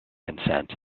consent